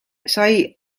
sai